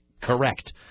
Correct